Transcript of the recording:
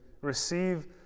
receive